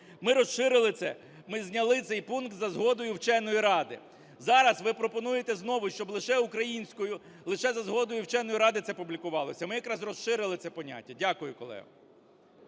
Ми розширили це, ми зняли цей пункт "за згодою вченої ради". Зараз ви пропонуєте знову, щоб лише українською, лише за згодою вченої ради це публікувалося. Ми якраз розширили це поняття. Дякую, колеги.